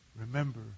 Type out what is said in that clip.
remember